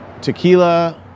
tequila